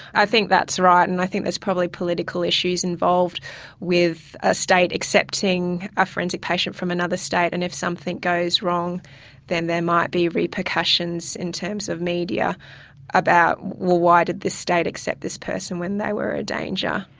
i think that's right, and i think there's probably political issues involved with a state accepting a forensic patient from another state, and if something goes wrong then there might be repercussions in terms of media about, well, why did this state accept this person when they were a danger?